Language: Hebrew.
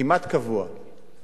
כמעט קבוע.